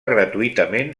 gratuïtament